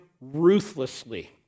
ruthlessly